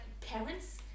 parents